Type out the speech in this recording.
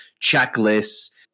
checklists